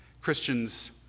Christians